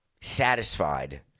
satisfied